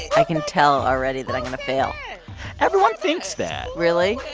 i can tell already that i'm going to fail everyone thinks that really?